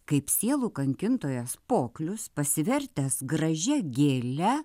kaip sielų kankintojas poklius pasivertęs gražia gėle